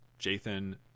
Jathan